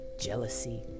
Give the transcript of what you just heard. jealousy